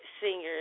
singers